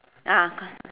ah